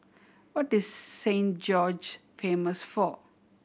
what is Saint George famous for